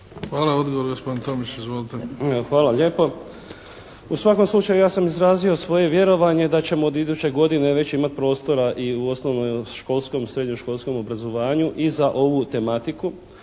Hvala. Odgovor, gospodin Tomić. Izvolite. **Tomić, Tomislav (HDZ)** Hvala lijepo. U svakom slučaju, ja sam izrazio svoje vjerovanje da ćemo od iduće godine već imati prostora i u osnovnom, školskom i srednjoškolskom obrazovanju i za ovu tematiku